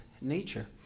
nature